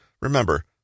Remember